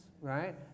right